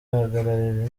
ahagarariye